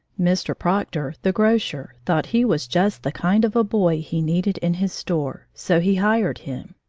mr. proctor, the grocer, thought he was just the kind of a boy he needed in his store. so he hired him.